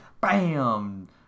bam